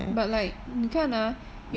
but like 你看 ah you